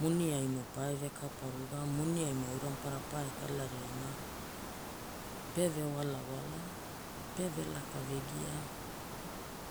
Moniaimo pae vekaparuga, moniaimo aura maparara pae kalaria na pe vewalawala, pe velaka vegia.